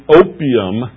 opium